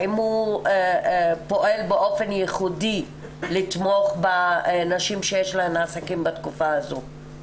האם הוא פועל באופן ייחודי לתמוך בנשים שיש להן עסקים בתקופה הזו?